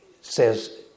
says